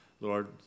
Lord